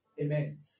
Amen